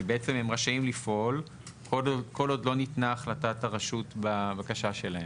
כי בעצם הם רשאים לפעול כל עוד לא ניתנה החלטת הרשות בבקשה שלהם.